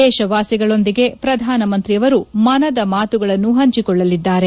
ದೇಶವಾಸಿಗಳೊಂದಿಗೆ ಪ್ರಧಾನಮಂತ್ರಿಯವರು ಮನದ ಮಾತುಗಳನ್ನು ಹಂಚಿಕೊಳ್ಳಲಿದ್ದಾರೆ